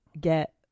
get